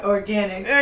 Organic